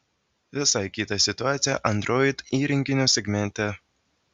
visai kita situacija android įrenginių segmente